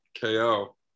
ko